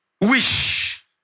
Wish